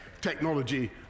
technology